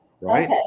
right